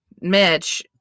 Mitch